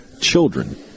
Children